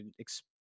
ex